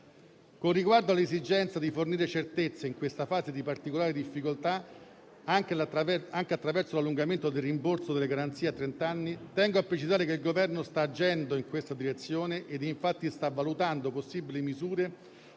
Con riguardo all'esigenza di fornire certezza in questa fase di particolare difficoltà, anche attraverso l'allungamento del rimborso delle garanzie a trenta anni, tengo a precisare che il Governo sta agendo in questa direzione. Infatti, sta valutando possibili misure